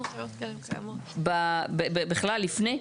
בכלל לפני?